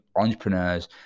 entrepreneurs